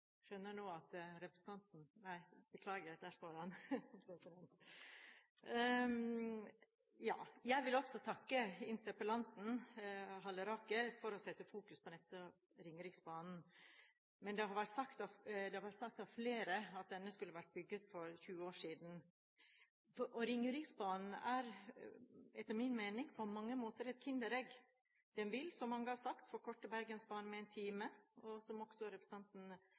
Jeg vil også takke interpellanten, Halleraker, for å sette fokus på nettopp Ringeriksbanen, men som det har vært sagt av flere, skulle denne vært bygget for 20 år siden. Ringeriksbanen er etter min mening på mange måter et Kinderegg: Den vil, som mange har sagt, forkorte reisetiden på Bergensbanen med en time, som også representanten